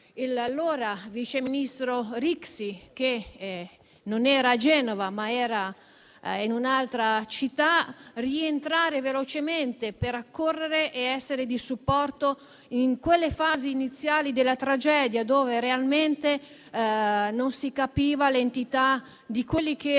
l'allora vice ministro Rixi (che non era a Genova, ma in un'altra città) rientrare velocemente per accorrere ed essere di supporto nelle fasi iniziali della tragedia in cui, realmente, non si capiva l'entità dei danni e delle